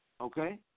Okay